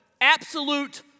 absolute